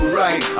right